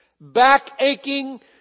back-aching